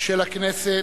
של הכנסת.